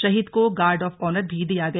शहीद को guard of honour भी दिया गया